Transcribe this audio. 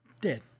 Dead